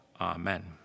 amen